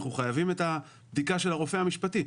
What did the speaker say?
אנחנו חייבים את הבדיקה של הרופא המשפטי.